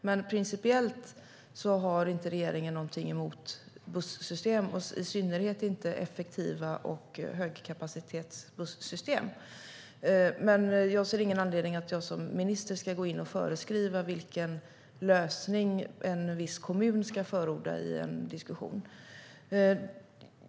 Regeringen har principiellt ingenting emot bussystem, i synnerhet inte effektiva bussystem med hög kapacitet, men jag ser ingen anledning till att jag som minister ska gå in och föreskriva vilken lösning en viss kommun ska förorda i en diskussion.